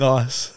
Nice